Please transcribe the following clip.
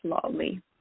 slowly